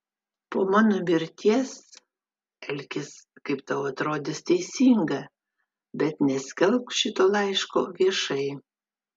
po mano mirties elkis kaip tau atrodys teisinga bet neskelbk šito laiško viešai